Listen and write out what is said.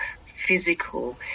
physical